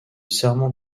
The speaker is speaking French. serment